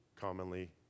commonly